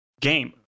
game